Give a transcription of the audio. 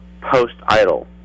post-idol